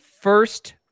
first